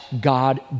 God